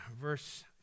verse